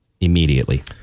immediately